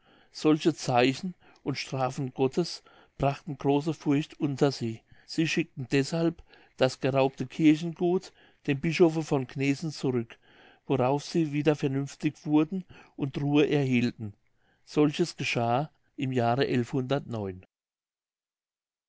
solche zeichen und strafen gottes brachten große furcht unter sie sie schickten deshalb das geraubte kirchengut dem bischofe von gnesen zurück worauf sie wieder vernünftig wurden und ruhe erhielten solches geschah im jahre